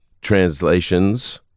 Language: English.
translations